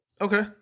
Okay